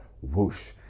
whoosh